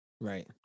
Right